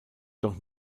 doch